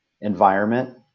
environment